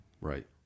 right